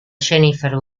jennifer